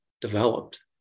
developed